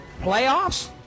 Playoffs